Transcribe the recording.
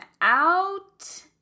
out